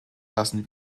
lassen